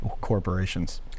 corporations